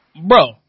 bro